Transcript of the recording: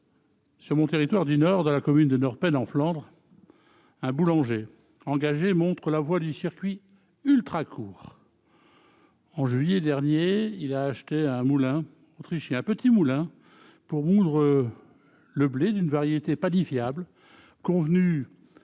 Dans mon territoire du Nord, sur la commune de Noordpeene en Flandres, un boulanger engagé montre la voie du circuit « ultracourt ». En juillet dernier, il a acheté un petit moulin autrichien pour moudre le blé d'une variété panifiable convenue avec